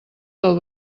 del